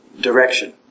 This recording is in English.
direction